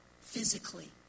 physically